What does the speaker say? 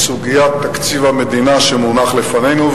לסוגיה בתקציב המדינה שמונח לפנינו,